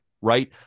Right